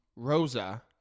Rosa